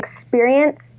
experience